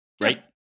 right